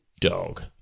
dog